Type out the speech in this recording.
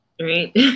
right